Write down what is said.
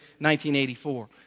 1984